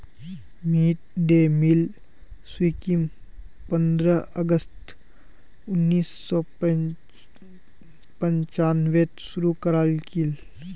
mid day meal स्कीमक पंद्रह अगस्त उन्नीस सौ पंचानबेत शुरू करयाल की